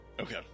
Okay